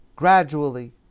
gradually